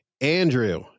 Andrew